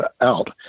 out